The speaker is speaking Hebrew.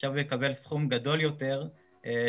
עכשיו הוא יקבל סכום גדול יותר שיגדיל